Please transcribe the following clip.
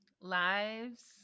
lives